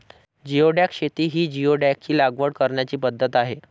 geoduck शेती ही जिओडॅकची लागवड करण्याची पद्धत आहे